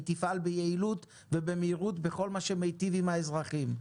היא תפעל ביעילות ובמהירות בכל מה שמיטיב עם האזרחים.